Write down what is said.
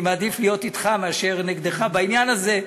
אני מעדיף להיות אתך מאשר נגדך בעניין הזה,